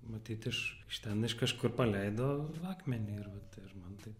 matyt iš ten iš kažkur paleido akmenį ir vat ir man taip